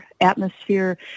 atmosphere